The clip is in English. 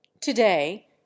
Today